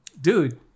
dude